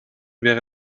wäre